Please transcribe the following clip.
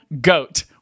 goat